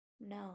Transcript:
No